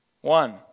One